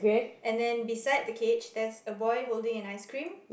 and then beside the cage there's a boy holding an ice cream